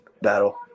battle